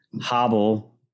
hobble